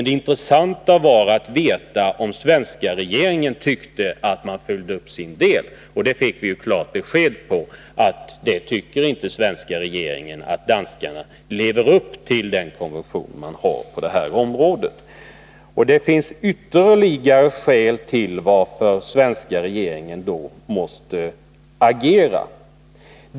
Det intressanta var dock att få veta om den svenska regeringen tyckte att danskarna fullföljer sitt åtagande, och vi fick klart besked om att regeringen inte tycker att danskarna lever upp till den konvention som gäller på det här området. Det finns då ytterligare skäl för den svenska regeringen att agera.